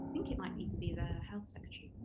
think it might even be the health secretary.